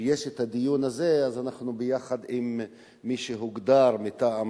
כשיש הדיון הזה אז אנחנו ביחד עם מי שהוגדר מטעם